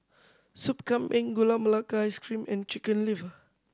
Soup Kambing Gula Melaka Ice Cream and Chicken Liver